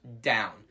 down